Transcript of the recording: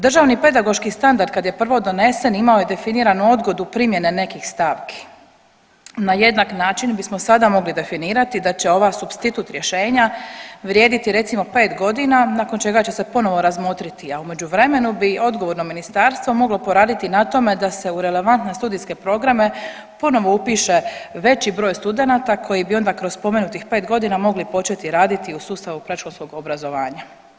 DPS kad je prvo donesen imao je definiranu odgodu primjene nekih stavki, na jednak način bismo sada mogli definirati da će ova supstitut rješenja vrijediti recimo pet godina nakon čega će se ponovo razmotriti, a u međuvremenu bi odgovorno ministarstvo moglo poraditi na tome da se u relevantne studijske programe ponovo upiše veći broj studenata koji bi onda kroz spomenutih pet godina mogli početi raditi u sustavu predškolskog obrazovanja.